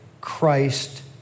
Christ